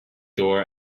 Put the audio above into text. door